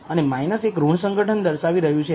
અને 1 ઋણ સંગઠન દર્શાવી રહ્યું છે